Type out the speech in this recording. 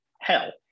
hell